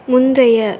முந்தைய